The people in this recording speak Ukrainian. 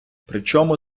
причому